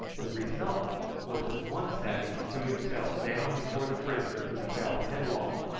the result was that one savage threw himself down before the prisoner, who fell headlong,